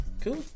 cool